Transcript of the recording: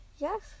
Yes